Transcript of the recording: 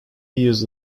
years